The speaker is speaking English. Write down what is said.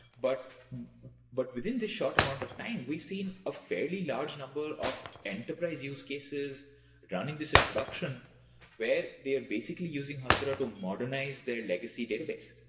but but within this short amount of time, we've seen a fairly large number of enterprise use cases running this in production where they're basically using hasura to modernize their legacy database.